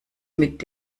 mit